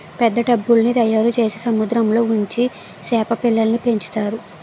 పెద్ద టబ్బుల్ల్ని తయారుచేసి సముద్రంలో ఉంచి సేప పిల్లల్ని పెంచుతారు